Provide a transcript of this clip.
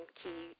key